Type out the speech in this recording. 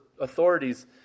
authorities